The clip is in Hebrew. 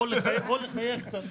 או לחייך קצת.